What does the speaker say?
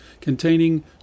containing